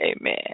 Amen